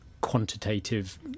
quantitative